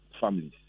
families